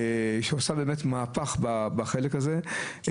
שעושה מהפך בחלק הזה.